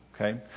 Okay